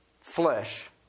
flesh